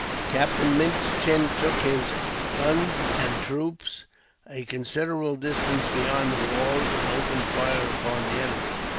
captain minchin took his guns and troops a considerable distance beyond the walls, and opened fire upon the enemy.